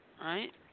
right